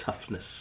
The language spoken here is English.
toughness